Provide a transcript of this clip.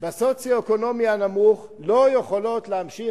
במצב הסוציו-אקונומי הנמוך לא יכולות להמשיך